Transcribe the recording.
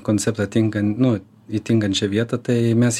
konceptą tinkan nu į tinkančią vietą tai mes